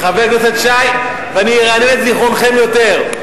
חבר הכנסת שי, ואני ארענן את זיכרונכם יותר.